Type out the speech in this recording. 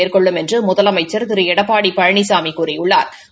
மேற்கொள்ளும் என்று முதலமைச்சா் திரு எடப்பாடி பழனிசாமி கூறியுள்ளாா்